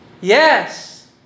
Yes